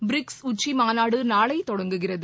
BRICS உச்சி மாநாடு நாளை தொடங்குகிறது